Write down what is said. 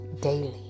daily